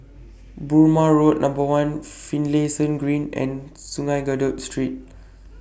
Burmah Road Number one Finlayson Green and Sungei Kadut Street